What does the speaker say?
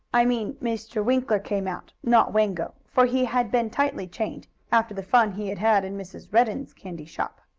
i mean mr. winkler came out, not wango, for he had been tightly chained, after the fun he had had in mrs. redden's candy shop.